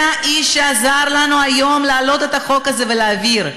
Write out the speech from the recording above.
אבל הוא היה האיש שעזר לנו היום להעלות את החוק הזה ולהעביר אותו.